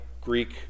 Greek